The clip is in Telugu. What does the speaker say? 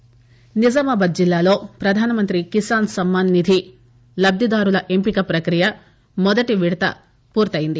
కిసాన్ సమ్నాన్ నిజామాబాద్ జిల్లాలో పధానమంత్రి కిసాస్ సమ్మాన్ నిధి లబ్దిదారుల ఎంపిక ప్రకియ మొదటి విడత పూర్తయింది